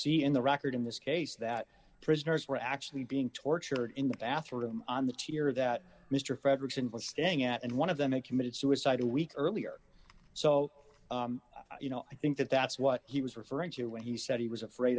see in the record in this case that prisoners were actually being tortured in the bathroom on the tier that mr frederickson was staying at and one of them had committed suicide a week earlier so you know i think that that's what he was referring to when he said he was afraid